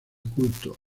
culto